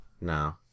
No